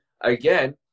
again